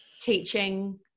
teaching